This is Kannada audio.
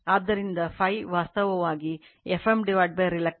ಆದ್ದರಿಂದ Φ ವಾಸ್ತವವಾಗಿ Fm reluctance ಮತ್ತು Fm N I l